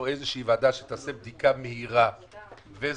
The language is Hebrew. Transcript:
איזו ועדת משנה שתערוך בדיקה מהירה וזריזה,